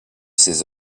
ses